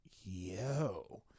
yo